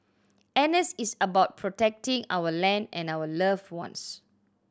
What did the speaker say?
N S is about protecting our land and our loved ones